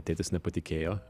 tėtis nepatikėjo